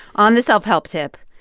on the self-help tip,